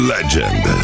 Legend